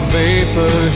vapor